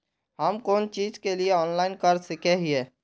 हम कोन चीज के लिए ऑनलाइन कर सके हिये?